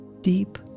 deep